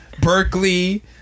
Berkeley